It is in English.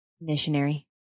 missionary